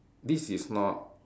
this is not